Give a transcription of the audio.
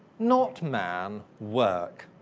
not man, work.